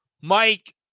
Mike